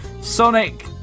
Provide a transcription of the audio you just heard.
Sonic